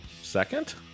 Second